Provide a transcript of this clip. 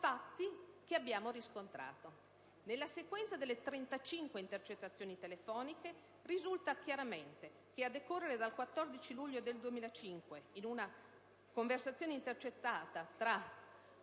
fatti che abbiamo riscontrato. Nella sequenza delle 35 intercettazioni telefoniche risulta chiaramente che, a decorrere dal 14 luglio 2005, in una conversazione intercettata tra